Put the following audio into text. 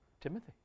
Timothy